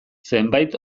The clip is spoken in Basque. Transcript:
zenbait